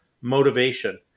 motivation